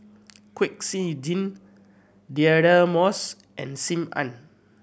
Kwek Siew Jin Deirdre Moss and Sim Ann